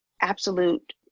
absolute